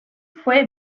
fue